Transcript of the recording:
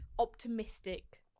optimistic